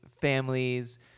families